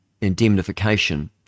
indemnification